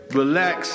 relax